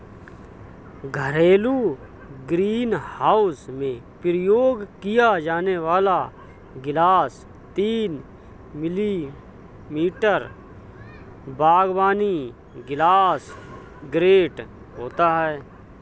घरेलू ग्रीनहाउस में उपयोग किया जाने वाला ग्लास तीन मिमी बागवानी ग्लास ग्रेड होता है